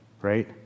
right